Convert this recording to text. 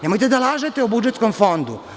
Nemojte da lažete o budžetskom fondu.